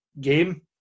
game